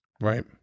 right